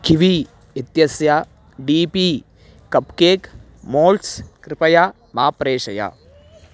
kiwi इत्यस्य D P cupcake moulds कृपया मा प्रेषय